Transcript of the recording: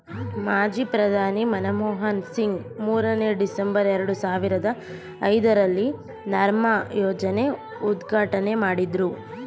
ಮಾಜಿ ಪ್ರಧಾನಿ ಮನಮೋಹನ್ ಸಿಂಗ್ ಮೂರನೇ, ಡಿಸೆಂಬರ್, ಎರಡು ಸಾವಿರದ ಐದರಲ್ಲಿ ನರ್ಮ್ ಯೋಜನೆ ಉದ್ಘಾಟನೆ ಮಾಡಿದ್ರು